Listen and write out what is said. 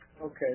Okay